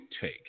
take